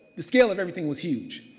the scale of everything was huge.